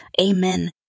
amen